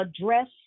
address